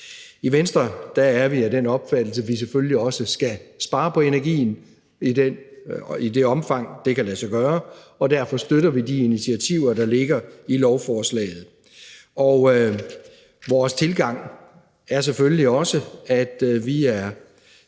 I Venstre er vi af den opfattelse, at vi selvfølgelig også skal spare på energien i det omfang, det kan lade sig gøre, og derfor støtter vi de initiativer, der ligger i lovforslaget. Vores tilgang er selvfølgelig også, at vi er